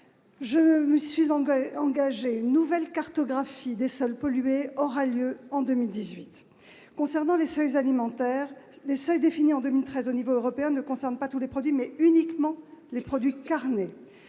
je me suis engagé engager une nouvelle cartographie des sols pollués aura lieu en 2018 concernant les services alimentaires des seuils définis en 2013 au niveau européen ne concerne pas tous les produits, mais uniquement les produits carnés